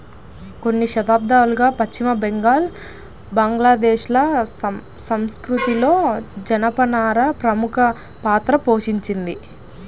కొన్ని శతాబ్దాలుగా పశ్చిమ బెంగాల్, బంగ్లాదేశ్ ల సంస్కృతిలో జనపనార ప్రముఖ పాత్ర పోషించింది